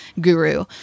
guru